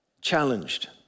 challenged